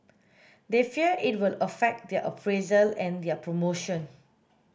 they fear it will affect their appraisal and their promotion